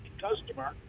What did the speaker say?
customer